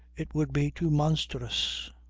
it would be too monstrous.